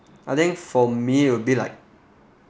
I think for me will be like